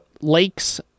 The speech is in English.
lakes